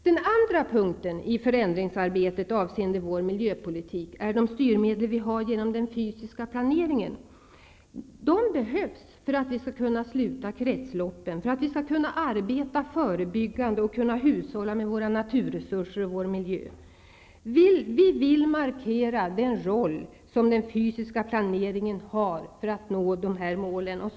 Den andra punkten i förändringsarbetet avseende vår miljöpolitik är de styrmedel vi har genom den fysiska planeringen. Dessa behövs för att vi skall kunna sluta kretsloppen, kunna arbeta förebyggande och kunna hushålla med våra naturresurser och vår miljö. Vi vill markera den roll som den fysiska planeringen har för att dessa mål skall nås.